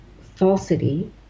falsity